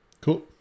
cool